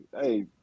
hey